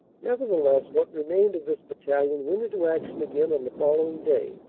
nevertheless what remained of this battalion went into action again on the following day.